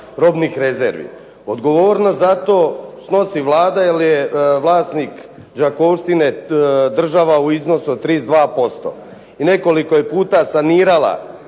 robnih rezervi. Odgovornost za to snosi Vlada jer je vlasnik Đakovštine država u iznosu od 32%. I nekoliko je puta sanirala